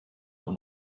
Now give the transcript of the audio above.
und